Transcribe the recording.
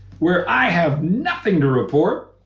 where i have nothing to report.